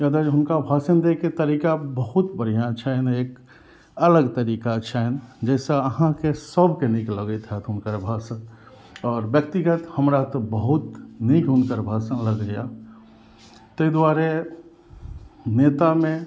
किया तऽ हुनका भाषण देके तरीका बहुत बढ़ियऑं छनि एक अलग तरीका छनि जाहिसँ अहाँके सबके नीक लगैत होयत हुनकर भाषण आओर व्यक्तिगत हमरा तऽ बहुत नीक हुनकर भाषण लगैया ताहि दुआरे नेतामे